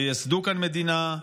ייסדו כאן מדינה.